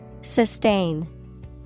Sustain